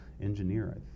engineer